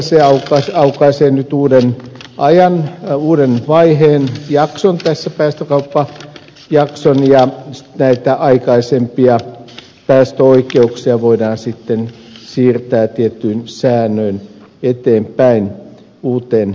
se aukaisee tässä nyt uuden ajan uuden vaiheen jakson päästökauppajakson ja näitä aikaisempia päästöoikeuksia voidaan sitten siirtää tietyin säännöin eteenpäin uuteen jaksoon